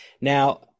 Now